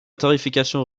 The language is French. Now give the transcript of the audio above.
tarification